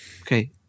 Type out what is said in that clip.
okay